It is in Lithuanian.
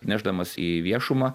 nešdamas į viešumą